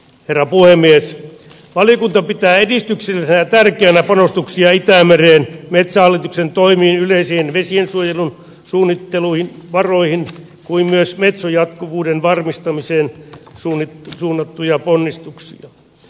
ero puhemies alikunto pitää edistyksen räätälityönä panostuksia itämereen metsähallituksen toimiin yleisiin vesiensuojelun suunnittelun varoihin kuin myös metso jatkuvuuden varmistamiseen suli suunnattuja ponnistuksia